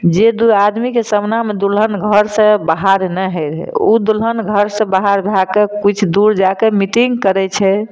जे दू आदमीके सामनेमे दुल्हन घर से बाहर नहि होइ रहै ओ दुल्हन घर से बाहर भएके किछु दूर जाके मीटिंग करैत छै